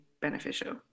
beneficial